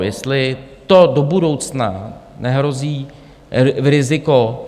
Jestli to do budoucna nehrozí riziko.